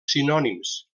sinònims